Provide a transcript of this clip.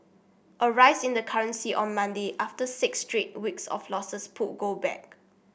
a rise in the currency on Monday after six straight weeks of losses pulled gold back